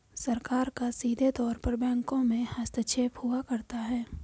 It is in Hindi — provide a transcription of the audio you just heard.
सरकार का सीधे तौर पर बैंकों में हस्तक्षेप हुआ करता है